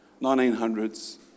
1900s